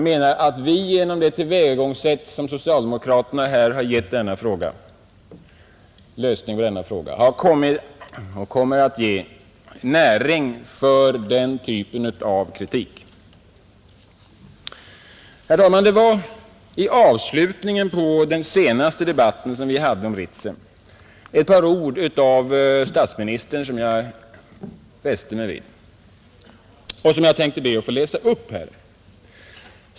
Med det tillvägagångssätt med vilket socialdemokraterna här givit lösningen på denna fråga kommer man att ge näring till den typen av kritik, Herr talman! Under avslutningen på den senaste debatten som vi hade om Ritsem fäste jag mig vid ett par ord av statsministern, vilka jag ber att här få läsa upp.